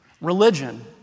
religion